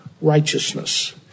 righteousness